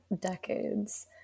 decades